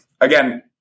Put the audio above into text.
again